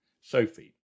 Sophie